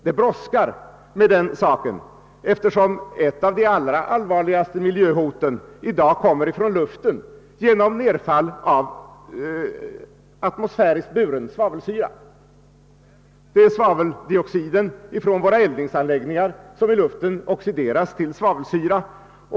Det brådskar med den saken, eftersom ett av de allra allvarligaste miljöhoten i dag kommer från luften genom nedfall av atmosfäriskt buren svavelsyra. Det är svaveldioxiden från våra eldningsanläggningar som i luften oxideras till svavelsyra.